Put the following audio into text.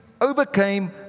overcame